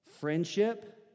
friendship